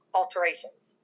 alterations